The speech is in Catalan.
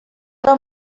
amb